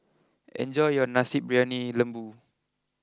enjoy your Nasi Briyani Lembu